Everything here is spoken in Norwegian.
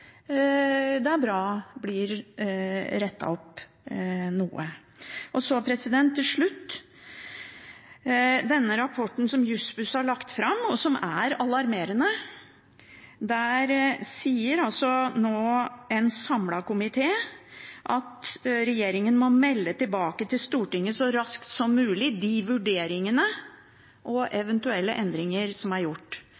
det er bra blir rettet opp noe. Så til slutt: Når det gjelder denne rapporten som Jussbuss har lagt fram, og som er alarmerende, sier altså nå en samlet komité at regjeringen må melde tilbake til Stortinget så raskt som mulig de vurderingene og